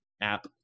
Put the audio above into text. app